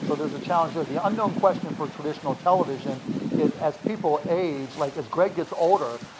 so there's a challenge there. the unknown question for traditional television is as people age, like as greg gets older,